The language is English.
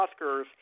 Oscars